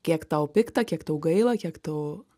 kiek tau pikta kiek tau gaila kiek tau